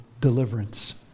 deliverance